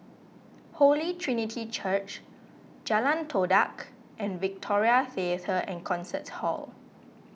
Holy Trinity Church Jalan Todak and Victoria theatre and Concert Hall